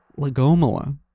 legomola